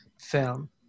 film